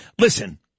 Listen